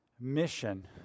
mission